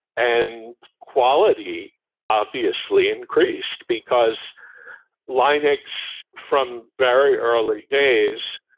and quality obviously increased, because linux, from very early days,